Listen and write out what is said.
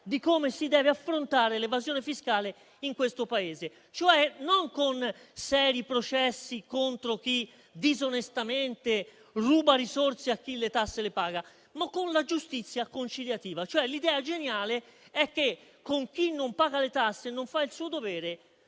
di come si debba affrontare l'evasione fiscale nel nostro Paese, e cioè non con seri processi contro chi disonestamente ruba risorse a chi paga le tasse, ma con la giustizia conciliativa. Cioè, l'idea geniale è che, verso chi non paga le tasse e non fa il suo dovere,